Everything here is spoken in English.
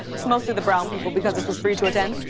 it's mostly the brown people because this was free to attend.